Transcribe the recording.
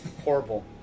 Horrible